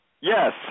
Yes